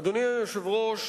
אדוני היושב-ראש,